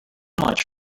much